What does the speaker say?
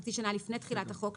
חצי שנה לפני תחילת החוק,